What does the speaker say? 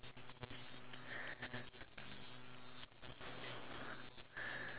to another country bring them out on holiday and in that holiday itself